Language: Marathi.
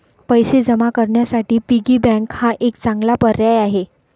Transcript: पैसे जमा करण्यासाठी पिगी बँक हा एक चांगला पर्याय आहे